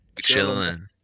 Chilling